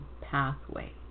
pathway